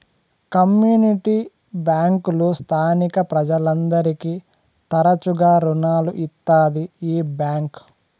community బ్యాంకులు స్థానిక ప్రజలందరికీ తరచుగా రుణాలు ఇత్తాది ఈ బ్యాంక్